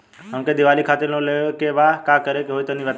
हमके दीवाली खातिर लोन लेवे के बा का करे के होई तनि बताई?